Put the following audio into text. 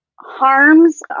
harms